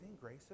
grace